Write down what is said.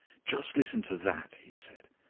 just listen to that, he said,